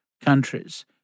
countries